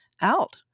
Out